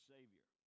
Savior